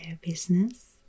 business